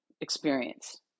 experience